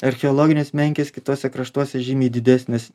archeologinės menkės kituose kraštuose žymiai didesnės